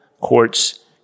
courts